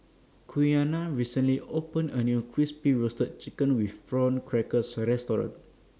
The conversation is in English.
Quiana recently opened A New Crispy Roasted Chicken with Prawn Crackers Restaurant